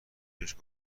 بهش